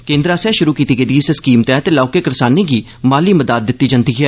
केन्द्र आस्सेआ शुरू कीती गेदी इस स्कीम तैहत लौहके करसानें गी माली मदाद दित्ती जंदी ऐ